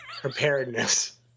preparedness